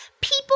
People